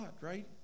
right